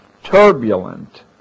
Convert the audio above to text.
turbulent